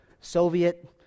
Soviet